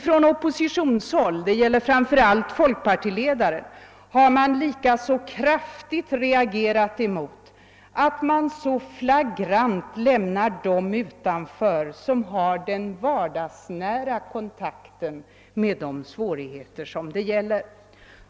Från oppositionshåll — det gäller framför allt folkpartiledaren — har man likaså reagerat kraftigt mot att de som har den vardagsnära kontakten med svårigheterna på ett så flagrant sätt lämnas utanför.